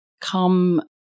come